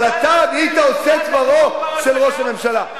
אבל אתה נהיית עושה דברו של ראש הממשלה.